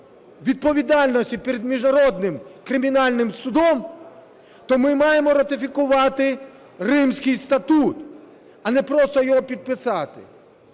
відповідальності перед Міжнародним кримінальним судом, то ми маємо ратифікувати Римський статут, а не просто його підписати.